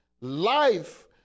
life